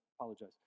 apologize